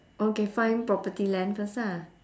okay find property land first ah